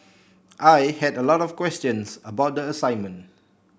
I had a lot of questions about the assignment